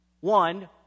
One